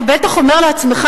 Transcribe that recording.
אתה בטח אומר לעצמך,